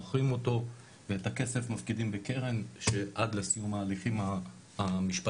מוכרים אותו ואת הכסף מפקידים בקרן שעד לסיום ההליכים המשפטיים,